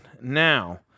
now